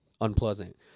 unpleasant